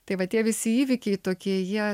tai va tie visi įvykiai tokie jie